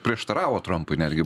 prieštaravo trampui netgi